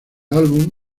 álbum